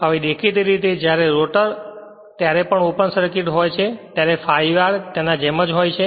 હવે દેખીતી રીતે જ્યારે રોટર ત્યારે પણ ઓપન સર્કિટ હોય છે ત્યારે ∅r તેના જેમ જ હોય છે